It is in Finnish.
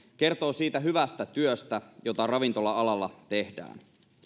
kertoo siitä hyvästä työstä jota ravintola alalla tehdään